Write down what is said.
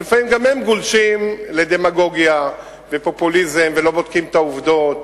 ולפעמים גם הם גולשים לדמגוגיה ופופוליזם ולא בודקים את העובדות,